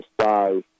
size